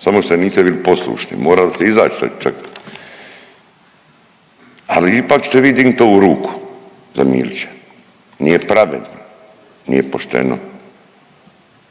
samo što niste bili poslušni. Morali ste izaći čak. Ali ipak ćete vi dignit ovu ruku za Milića. Nije pravedno, nije pošteno!